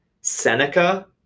Seneca